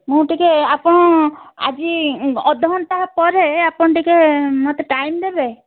ମୁଁ ଟିକେ ଆପଣ ଆଜି ଅଧା ଘଣ୍ଟା ପରେ ଆପଣ ଟିକିଏ ମୋତେ ଟାଇମ୍ ଦେବେ